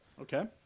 Okay